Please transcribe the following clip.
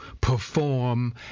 perform